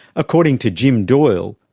according to jim doyle,